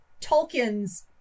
Tolkien's